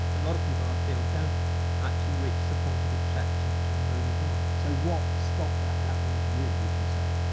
a lot of people, i feel, don't actually reach the point of acceptance and moving on so, what stopped that happening to you would you say?